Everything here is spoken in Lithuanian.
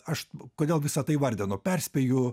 aš kodėl visa tai vardinu perspėju